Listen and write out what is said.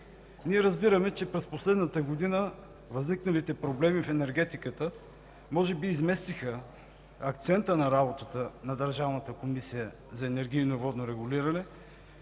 Ние разбираме, че през последната година възникналите проблеми в енергетиката може би изместиха акцента на работа на Държавната комисия за енергийно и водно регулиране,